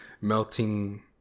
melting